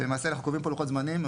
שלמעשה אנחנו קובעים פה לוחות זמנים.